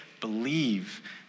believe